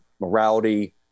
morality